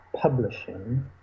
publishing